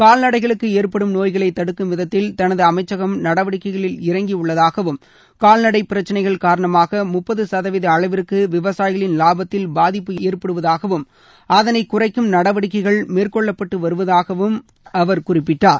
கால்நடைகளுக்கு ஏற்படும் நோய்களை தடுக்கும் விதத்தில் தனது அமைச்சகம் நடவடிக்கைகளில் இறங்கியுள்ளதாகவும் கால்நடை பிரச்சினைகள் விவசாயிகளின் இலாபத்தில் பாதிப்பு ஏற்படுவதாகவும் அதனை குறைக்கும் நடவடிக்கைகள் மேற்கொள்ளக்கப்பட்டு வருவதாக அவர் குறிப்பிட்டார்